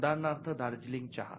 उदाहरणार्थ दार्जिलिंग चहा